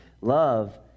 love